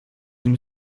nim